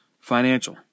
financial